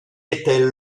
était